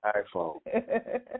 iPhone